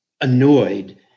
annoyed